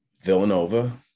Villanova